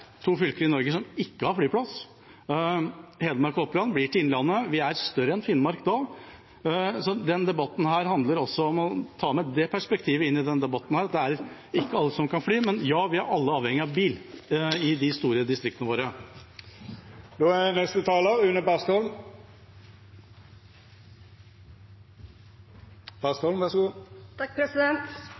to fylker i Norge som ikke har flyplass. Hedmark og Oppland blir til Innlandet. Vi blir større enn Finnmark da. Så det handler også om å ta med det perspektivet inn i denne debatten. Det er ikke alle som kan ta fly, så ja, vi er alle avhengige av bil i de store distriktene våre. Denne saken burde ha vært åpenbar. Alle er